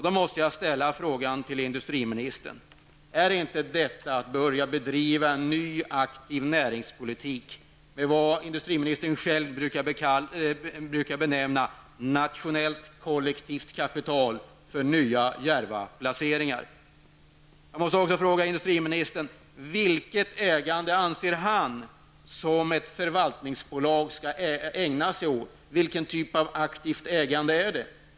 Då måste jag ställa frågan till industriministern: Är inte detta att börja bedriva en ny aktiv näringspolitik med vad industriministern själv brukar nämna ”nationellt kollektivt kapital för nya djärva placeringar”? Jag måste vidare fråga: Vilket ägande anser industriministern förvaltningsbolaget skall ägna sig åt, vilken typ av aktivt ägande är det?